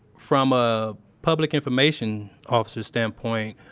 from a public information officer's standpoint,